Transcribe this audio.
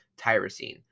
tyrosine